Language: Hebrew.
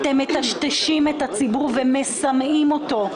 אתם מטשטשים את הציבור ומסמאים אותו.